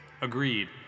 Agreed